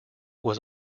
was